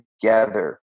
together